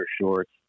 shorts